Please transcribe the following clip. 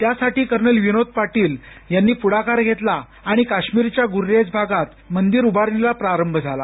त्यासाठी कर्नल विनोद पाटील यांनी पुढाकार घेतला आणि काश्मीरच्या गूर्रेज भागात मंदिर उभारणीला प्रारंभ झाला